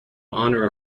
honor